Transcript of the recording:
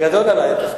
גדול עליך היום.